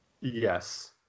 Yes